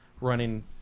running